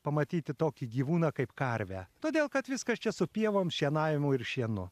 pamatyti tokį gyvūną kaip karvę todėl kad viskas čia su pievom šienavimu ir šienu